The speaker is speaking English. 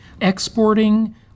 Exporting